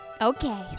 Okay